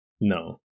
no